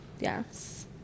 Yes